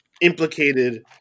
implicated